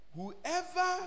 Whoever